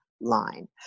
line